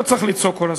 לא צריך לצעוק כל הזמן.